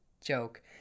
joke